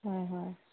হয় হয়